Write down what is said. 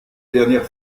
dernière